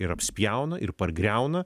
ir apspjauna ir pargriauna